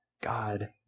God